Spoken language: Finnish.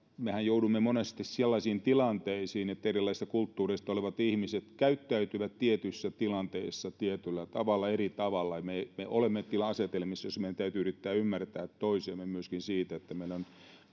mehän joudumme monesti sellaisiin tilanteisiin että erilaisista kulttuureista olevat ihmiset käyttäytyvät tietyissä tilanteissa tietyllä tavalla eri tavalla me me olemme asetelmissa jossa meidän täytyy yrittää ymmärtää toisiamme myöskin siinä että meidän